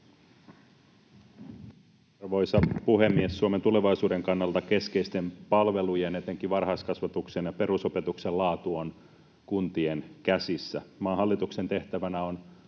Arvoisa puhemies! Suomen tulevaisuuden kannalta keskeisten palvelujen, etenkin varhaiskasvatuksen ja perusopetuksen, laatu on kuntien käsissä. Maan hallituksen tehtävänä on